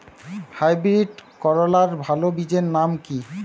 Hybrid করলার ভালো বীজের নাম কি?